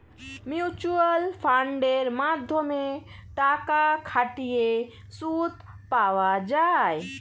mutual ফান্ডের মাধ্যমে টাকা খাটিয়ে সুদ পাওয়া যায়